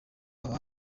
aba